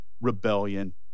rebellion